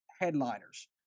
headliners